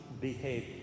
behave